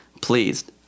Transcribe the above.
pleased